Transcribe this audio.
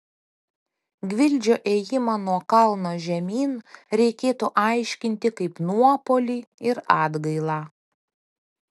gvildžio ėjimą nuo kalno žemyn reikėtų aiškinti kaip nuopuolį ir atgailą